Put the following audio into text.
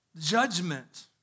judgment